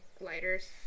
lighters